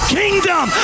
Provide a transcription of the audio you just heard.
kingdom